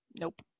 Nope